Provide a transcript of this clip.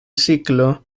ciclo